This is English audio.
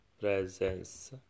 presence